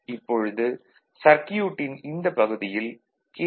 இப்பொழுது சர்க்யூட்டின் இந்தப் பகுதியில் கே